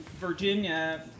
Virginia